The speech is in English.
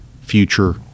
future